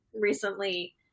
recently